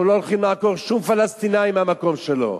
אנחנו לא הולכים לעקור שום פלסטיני מהמקום שלו.